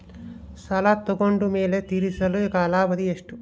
ಸಾಲ ತಗೊಂಡು ಮೇಲೆ ತೇರಿಸಲು ಕಾಲಾವಧಿ ಎಷ್ಟು?